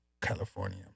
california